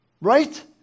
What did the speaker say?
Right